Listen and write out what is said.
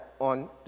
on